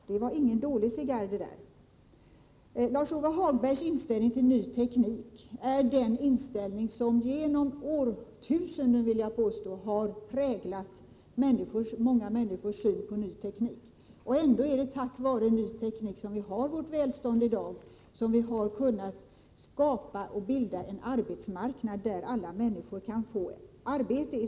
Det var ingen dålig cigarr. Lars-Ove Hagbergs inställning till ny teknik är den inställning som genom årtusenden, det vill jag påstå, har präglat många människors syn på ny teknik. Ändå är det tack vare ny teknik som vi har vårt välstånd i dag, som vi har kunnat skapa en arbetsmarknad där i stort sett alla människor kan få ett arbete.